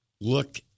look